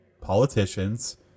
politicians